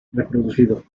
reproducido